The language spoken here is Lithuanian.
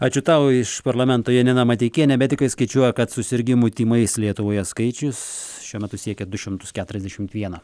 ačiū tau iš parlamento janina mateikienė medikai skaičiuoja kad susirgimų tymais lietuvoje skaičius šiuo metu siekia du šimtus keturiasdešimt vieną